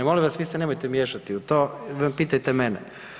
Molim vas vi se nemojte miješati u to, pitajte mene.